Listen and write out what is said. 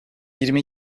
yirmi